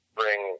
bring